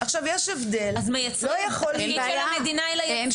עכשיו יש הבדל --- זה נפלא שיש מקום לכולם.